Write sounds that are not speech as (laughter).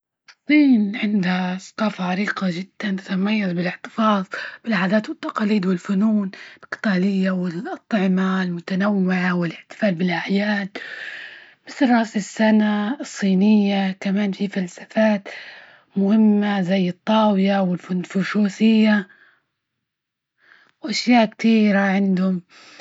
الصين عندها ثقافة عريقة جدا تتميز بالاحتفاظ بالعادات والتقاليد والفنون القتالية (noise) والأطعمة المتنوعة، والاحتفال بالأعياد، بس راس السنة الصينية كمان في فلسفات مهمة زي الطاوية والفن الفشوصية، (unintelligible) وأشياء كتيرة عندهم. (hesitation)